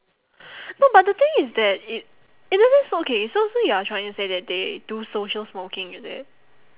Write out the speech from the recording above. no but the thing is that it it doesn't s~ okay so so you are trying to say that they do social smoking is it